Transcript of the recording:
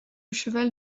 cheval